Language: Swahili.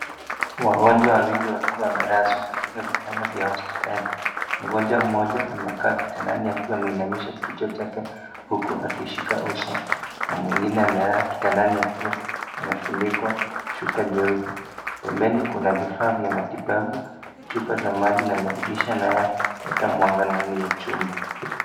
Wagonjwa wawili wakiwa wamelazwa katika vitanda vya hospitali, mgonjwa mmoja amekaa kitandani akiwa ameinamisha kichwa chake, huku akishika uso, na mwingine amelala kitandani akiwa, amefunikwa, shuka jeupe, pembeni kuna vifaa vya matibabu, chupa za maji na madirisha na ya, leta mwanga ndani ya chumba.